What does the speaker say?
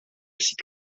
sydd